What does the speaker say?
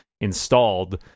installed